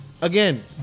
Again